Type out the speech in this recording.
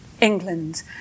England